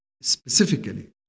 Specifically